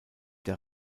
der